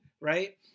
right